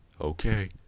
Okay